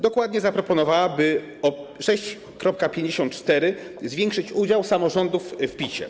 Dokładnie zaproponowała, by o 6,54 zwiększyć udział samorządów w Picie.